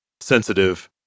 sensitive